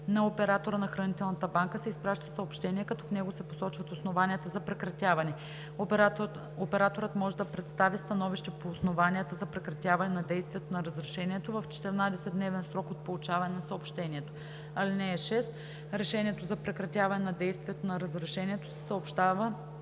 на оператора на хранителна банка се изпраща съобщение, като в него се посочват основанията за прекратяване. Операторът може да представи становище по основанията за прекратяване на действието на разрешението в 14-дневен срок от получаване на съобщението. (6) Решението за прекратяване на действието на разрешението се съобщава